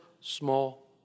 small